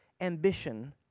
ambition